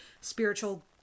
spiritual